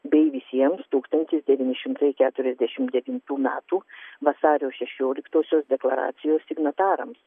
bei visiems tūkstantis devyni šimtai keturiasdešimt devintų metų vasario šešioliktosios deklaracijos signatarams